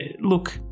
look